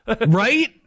Right